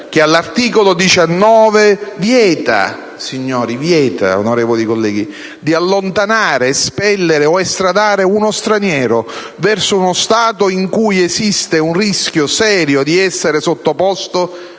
che all'articolo 19 vieta - onorevoli colleghi: vieta - di allontanare, espellere o estradare uno straniero «verso uno Stato in cui esiste un rischio serio di essere sottoposto